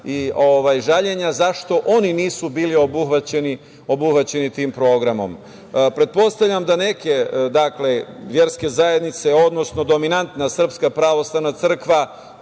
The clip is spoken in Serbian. i žaljenja zašto oni nisu bili obuhvaćeni tim programom? Pretpostavljam da neke verske zajednice, odnosno dominantna Srpska pravoslavna crkva,